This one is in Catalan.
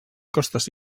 costes